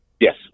Yes